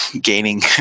gaining